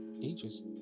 ages